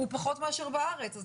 פחות מאשר בארץ.